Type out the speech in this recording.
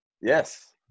Yes